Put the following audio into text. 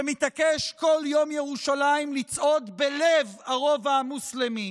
שמתעקש בכל יום ירושלים לצעוד בלב הרובע המוסלמי,